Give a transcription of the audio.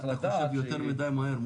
לדעת שהיא --- אתה חושב יותר מדי מהר.